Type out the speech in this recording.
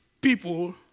people